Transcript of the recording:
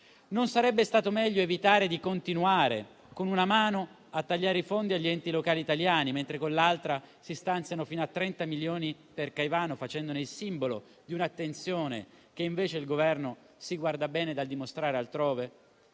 Non sarebbe stato meglio evitare di continuare con una mano a tagliare i fondi agli enti locali italiani, mentre con l'altra si stanziano fino a 30 milioni per Caivano, facendone il simbolo di un'attenzione che invece il Governo si guarda bene dal dimostrare altrove?